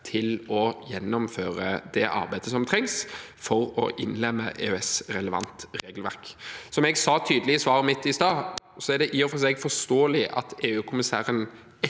til å gjennomføre det arbeidet som trengs for å innlemme EØS-relevant regelverk. Som jeg sa tydelig i svaret mitt i stad, er det i og for seg forståelig at EU-kommissæren